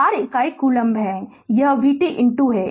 तो यह v t है यह 10 से घात 6 है